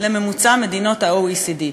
לממוצע מדינות ה-OECD.